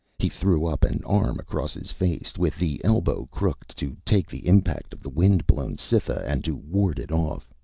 he threw up an arm across his face, with the elbow crooked, to take the impact of the wind-blown cytha and to ward it off.